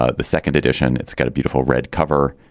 ah the second edition. it's got a beautiful red cover.